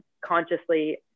consciously